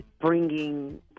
bringing